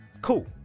cool